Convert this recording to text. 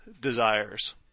desires